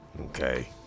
Okay